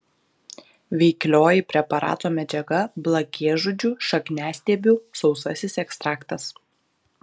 veiklioji preparato medžiaga blakėžudžių šakniastiebių sausasis ekstraktas